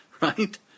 right